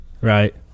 right